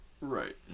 Right